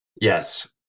yes